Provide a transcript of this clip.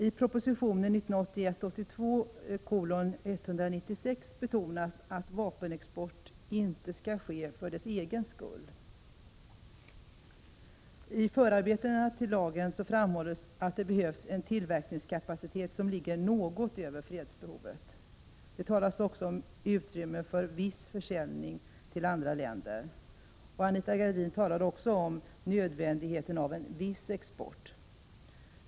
I propositionen 1981/82:196 betonas att vapenexport inte skall ske för dess egen skull. I förarbetena till lagen framhålls att det behövs en tillverkningskapacitet som ligger något över fredsbehovet. Det talas också om utrymmet för viss försäljning till andra länder. Anita Gradin talade även om nödvändigheten av en viss export.